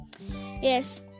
Yes